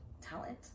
talent